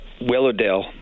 Willowdale